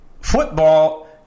football